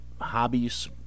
hobbies